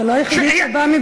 אתה לא היחידי שבא מבית אבל.